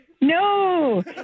No